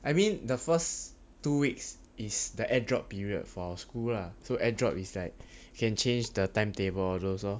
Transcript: I mean the first two weeks is the add drop period for our school lah so add drop is like can change the timetable all those lor